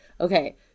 Okay